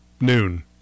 Noon